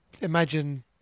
Imagine